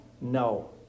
No